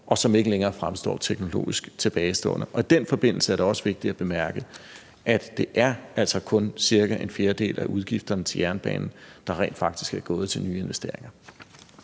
og som ikke længere fremstår teknologisk tilbagestående. I den forbindelse er det også vigtigt at bemærke, at det altså kun er cirka en fjerdedel af udgifterne til jernbanen, der rent faktisk er gået til nyinvesteringer.